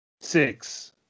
Six